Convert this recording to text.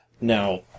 Now